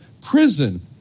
prison